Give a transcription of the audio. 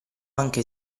anche